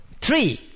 Three